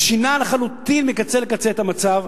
זה שינה לחלוטין, מקצה לקצה, את המצב.